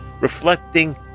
reflecting